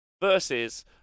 versus